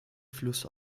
fluss